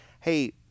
hey